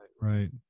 right